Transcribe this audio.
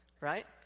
right